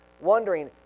wondering